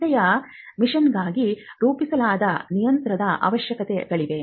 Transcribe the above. ಸಂಸ್ಥೆಯ ಮಿಷನ್ಗಾಗಿ ರೂಪಿಸಲಾದ ನಿಯಂತ್ರಕ ಅವಶ್ಯಕತೆಗಳಿವೆ